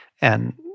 and-